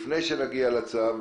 עוד לפני שנגיע לצו,